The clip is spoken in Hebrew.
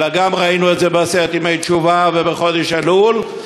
אלא ראינו את זה גם בעשרת ימי תשובה ובחודש אלול.